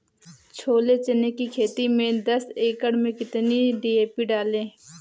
छोले चने की खेती में दस एकड़ में कितनी डी.पी डालें?